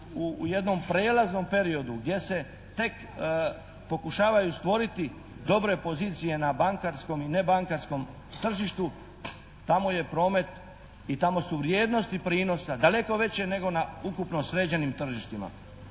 u jednom prijelaznom periodu gdje se tek pokušavaju stvoriti dobre pozicije na bankarskom i nebankarskom tržištu, tamo je promet i tamo su vrijednosti prinosa daleko veće nego na ukupno sređenim tržištima.